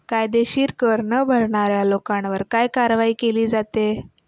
कायदेशीर कर न भरणाऱ्या लोकांवर काय कारवाई केली जाते?